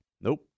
Nope